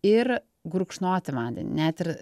ir gurkšnoti vandenį net ir